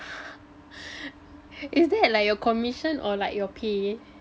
is that like your commission or like your pay